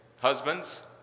Husbands